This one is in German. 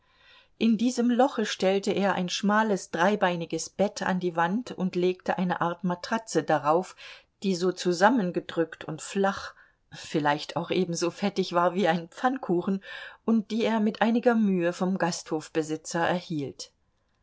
in diesem loche stellte er ein schmales dreibeiniges bett an die wand und legte eine art matratze darauf die so zusammengedrückt und flach vielleicht auch ebenso fettig war wie ein pfannkuchen und die er mit einiger mühe vom gasthofbesitzer erhielt